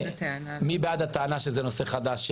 הטענה שזה נושא חדש?